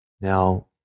Now